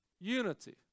unity